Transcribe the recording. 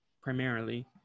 primarily